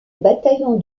bataillon